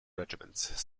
regiments